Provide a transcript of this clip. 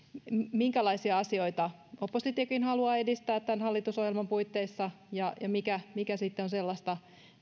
minkälaisia asioita oppositiokin haluaa edistää tämän hallitusohjelman puitteissa ja mikä mikä sitten on sellaista